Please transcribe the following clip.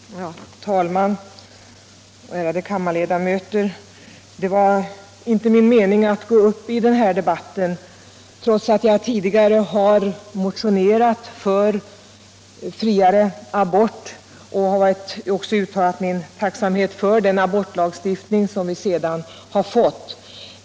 Herr talman! Ärade kammarledamöter! Det var inte min mening att gå upp i den här debatten, trots att jag tidigare har motionerat för friare abort och även uttalat min tacksamhet för den abortlagstiftning som vi har fått.